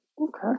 Okay